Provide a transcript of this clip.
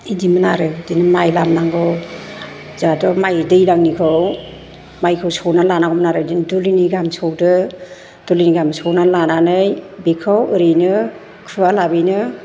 बिदिमोन आरो बिदिनो माय लामनांगौ जोंहाथ' माय दैज्लांनिखौ मायखौ सौनानै लानांगौमोन आरो बिदिनो दुलिनै गाहाम सौदो दुलिनै गाहाम सौनानै लानानै बेखौ ओरैनो खुवालाबैनो